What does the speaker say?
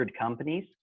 companies